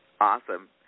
Awesome